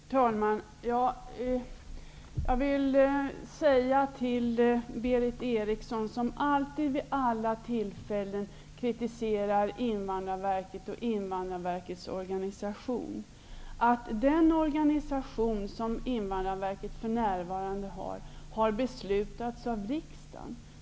Herr talman! Jag vill säga till Berith Eriksson, som vid alla tillfällen kritiserar Invandrarverket och dess organisation, att den organisation som Invandrarverket för närvarande har har beslutats av riksdagen.